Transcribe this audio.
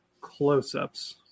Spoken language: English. close-ups